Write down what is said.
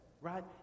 right